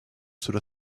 cela